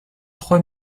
trois